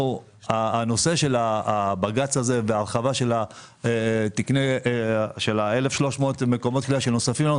הנושא של הבג"ץ וההרחבה של 1,300 מקומות כליאה שנוספים לנו,